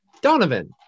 Donovan